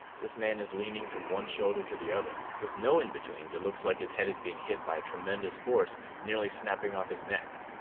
this man is leaning from one shoulder to the other. with no in-betweens it looks like his head is being hit by a tremendous force nearly snapping off his neck.